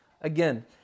again